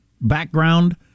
background